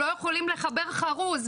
לא יכולים לחבר חרוז,